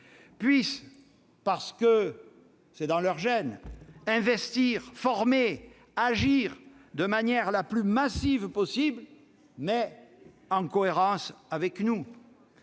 puissent, parce que c'est dans leurs gènes, investir, former et agir de la manière la plus massive possible, mais en cohérence avec nous.